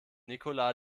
nicola